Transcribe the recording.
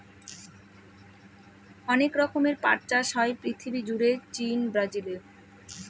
অনেক রকমের পাট চাষ হয় পৃথিবী জুড়ে চীন, ব্রাজিলে